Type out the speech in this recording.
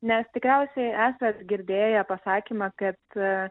nes tikriausiai esat girdėję pasakymą kad